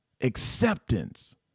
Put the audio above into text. acceptance